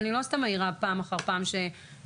אני לא סתם מעירה פעם אחר פעם על כך